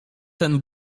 ten